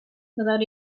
without